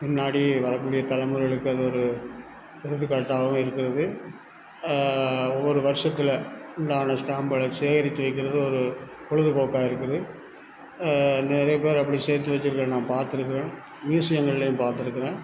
பின்னாடி வரக்கூடிய தலைமுறைகளுக்கு அது ஒரு எடுத்துக்காட்டாகவும் இருக்கிறது ஒரு வருஷத்தில் உண்டான ஸ்டாம்ப்புகளை சேகரித்து வைக்கிறது ஒரு பொழுதுபோக்கா இருக்குது நிறைய பேர் அப்படி சேர்த்து வைச்சிருக்கிறத நான் பாத்திருக்குறேன் மியூசியங்கள்லேயும் பாத்திருக்குறேன்